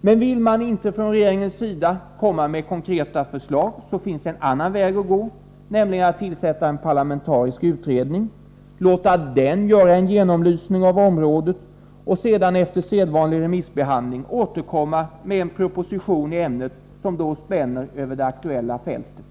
Men vill man inte från regeringens sida komma med konkreta förslag finns det en annan väg att gå, nämligen att tillsätta en parlamentarisk utredning, låta den göra en genomlysning av området och efter sedvanlig remissbehandling återkomma med en proposition i ämnet, som då spänner över det aktuella fältet.